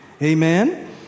Amen